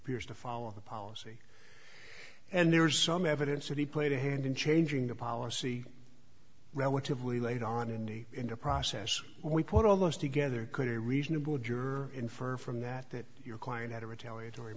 appears to follow the policy and there is some evidence that he played a hand in changing the policy relatively late on in the in the process we put almost together could a reasonable juror infer from that that your client had a retaliatory